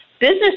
business